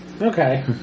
Okay